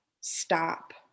stop